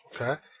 okay